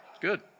good